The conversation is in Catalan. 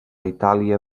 itàlia